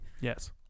yes